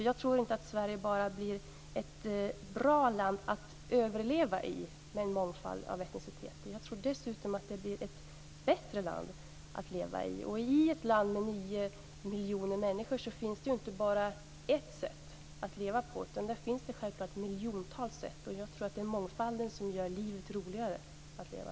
Jag tror att Sverige inte bara blir ett bra land att överleva i med en mångfald av etniciteter, utan dessutom ett bättre land att leva i. I ett land med nio miljoner människor finns det inte bara ett sätt att leva på, utan där finns det självklart miljontals sätt. Jag tror att det är mångfalden som gör livet roligare att leva.